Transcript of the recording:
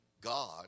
God